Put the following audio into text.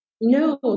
No